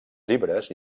llibres